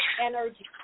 energy